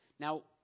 Now